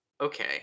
okay